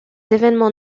événements